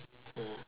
mm